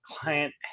client